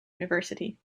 university